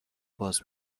باز